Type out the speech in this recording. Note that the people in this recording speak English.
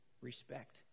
respect